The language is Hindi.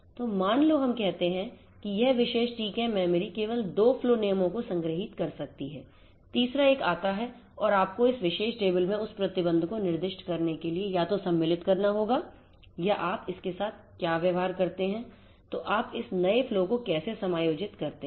तो मान लो हम कहते हैं कि यह विशेष TCAM मेमोरी केवल 2 फ्लो नियमों को संग्रहीत कर सकती है तीसरा एक आता है और आपको इस विशेष टेबल में उस प्रतिबंध को निर्दिष्ट करने के लिए या तो सम्मिलित करना होगा या आप इसके साथ कैसे व्यवहार करते हैं तो आप इस नए फ्लो को कैसे समायोजित करते हैं